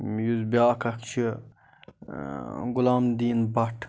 یُس بیٛاکھ اَکھ چھِ غلام دیٖن بَٹ